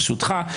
ברשותך,